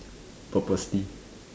purposely